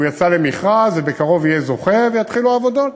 והוא יצא למכרז, ובקרוב יהיה זוכה ויתחילו עבודות.